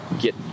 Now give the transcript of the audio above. get